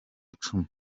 icumu